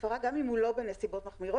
הפרה גם אם הוא לא בנסיבות מחמירות,